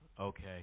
Okay